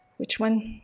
which one?